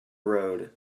road